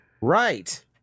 right